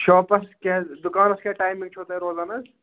شاپَس کیٛاہ دُکانَس کیٛاہ ٹایمِنٛگ چھَو تۄہہِ روزان حظ